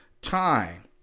time